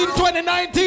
2019